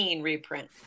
reprint